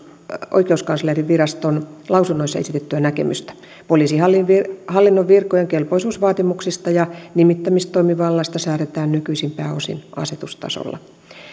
oikeuskanslerinviraston lausunnoissa esitettyä näkemystä poliisihallinnon virkojen kelpoisuusvaatimuksista ja nimittämistoimivallasta säädetään nykyisin pääosin asetustasolla